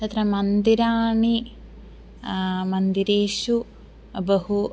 तत्र मन्दिराणि मन्दिरेषु बहु